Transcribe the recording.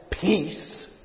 peace